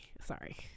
sorry